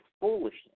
foolishness